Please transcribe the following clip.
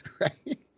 Right